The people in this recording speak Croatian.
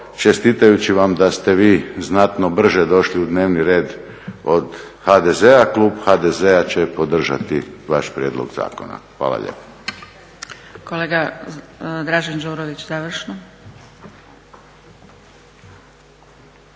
čestitajući vam da ste vi znatno brže došli u dnevni red od HDZ-a, Klub HDZ-a će podržati vaš prijedlog zakona. Hvala lijepo.